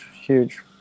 huge